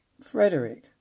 Frederick